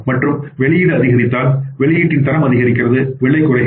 மற்றும் வெளியீடு அதிகரித்தால் வெளியீட்டின் தரம் அதிகரிக்கிறது விலை குறைகிறது